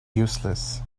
useless